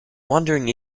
wondering